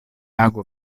ago